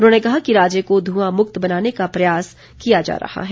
उन्होंने कहा कि राज्य को धुआं मुक्त बनाने का प्रयास किया जा रहा है